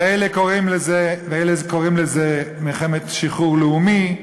ואלה קוראים לזה "מלחמת שחרור לאומי".